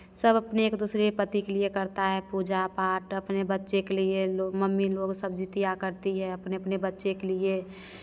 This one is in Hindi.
सब अपने एक दूसरे पति के लिए करता है पूजा पाठ अपने बच्चे के लिए लोग मम्मी लोग सब जितिया करती है अपने अपने बच्चे के लिए